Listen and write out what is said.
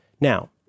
Now